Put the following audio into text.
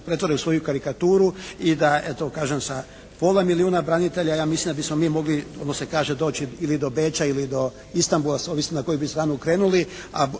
pretvore u svoju karikaturu i da eto kažem sa pola milijuna branitelja ja mislim da bismo mi mogli ono se kaže doći ili do Beča ili do Istambula, ovisno na koju bi stranu krenuli. A